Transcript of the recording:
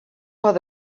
pot